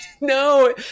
No